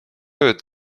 ööd